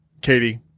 Katie